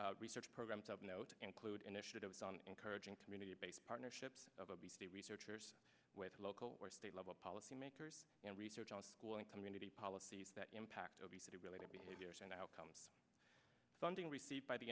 recent research programs of note include initiatives on encouraging community based partnerships of obesity researchers with local or state level policy makers and research on school and community policies that impact obesity related behaviors and outcomes funding received by the